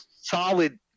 solid